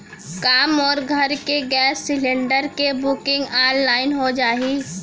का मोर घर के गैस सिलेंडर के बुकिंग ऑनलाइन हो जाही?